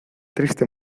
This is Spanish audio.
triste